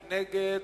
מי נגד?